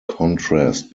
contrast